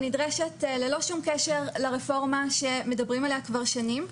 היא נדרשת ללא שום קשר לרפורמה שמדברים עליה כבר שנים.